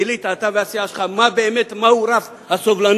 גילית, אתה והסיעה שלך, מה באמת הוא רף הסובלנות,